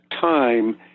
time